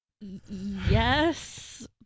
yes